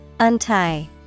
Untie